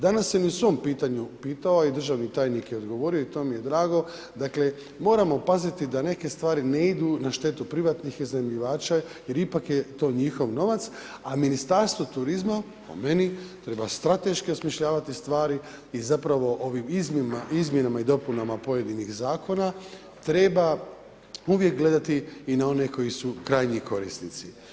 Danas sam i u svom pitanju pitao i državni tajnik je odgovorio i to mi je drago, dakle moramo paziti da neke stvari ne idu na štetu privatnih iznajmljivača, ipak je to njihov novac, a Ministarstvo turizma po meni treba strateški osmišljavati stvari i zapravo ovim izmjenama i dopunama pojedinih zakona treba uvijek gledati i na one koji su krajnji korisnici.